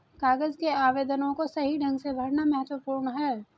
कागज के आवेदनों को सही ढंग से भरना महत्वपूर्ण है